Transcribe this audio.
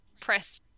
press